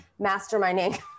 masterminding